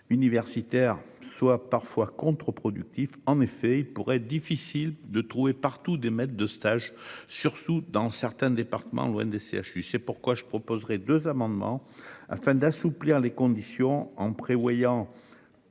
universitaires soit parfois contreproductif. En effet il être difficile de trouver partout des maîtres de stage, surtout dans certains départements, loin des CHU. C'est pourquoi je proposerai 2 amendements afin d'assouplir les conditions en prévoyant.